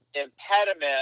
impediment